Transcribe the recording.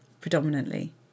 predominantly